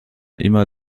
immer